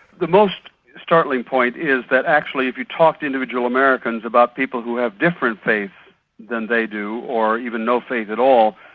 the most startling point is that actually if you talk to individual americans about people who have different faiths than they do or even no faith at all,